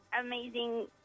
amazing